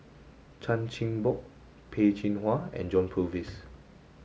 Chan Chin Bock Peh Chin Hua and John Purvis